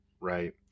Right